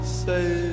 say